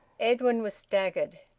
edwin was staggered.